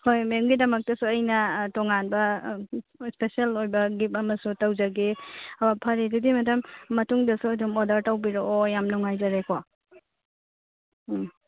ꯍꯣꯏ ꯃꯦꯝꯒꯤꯗꯃꯛꯇꯁꯨ ꯑꯩꯅ ꯇꯣꯉꯥꯟꯅ ꯏꯁꯄꯦꯁꯦꯜ ꯑꯣꯏꯕ ꯒꯤꯞ ꯑꯃꯁꯨ ꯇꯧꯖꯒꯦ ꯑꯣ ꯐꯔꯦ ꯑꯗꯨꯗꯤ ꯃꯦꯗꯥꯝ ꯃꯇꯨꯡꯗꯁꯨ ꯑꯗꯨꯝ ꯑꯣꯔꯗꯔ ꯇꯧꯕꯤꯔꯛꯑꯣ ꯌꯥꯝ ꯅꯨꯡꯉꯥꯏꯖꯔꯦꯀꯣ ꯎꯝ